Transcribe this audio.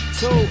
two